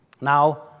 Now